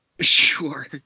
sure